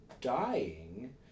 dying